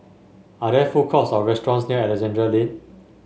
are there food courts or restaurants near Alexandra Lane